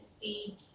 see